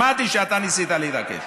שמעתי שאתה ניסית להתעקש.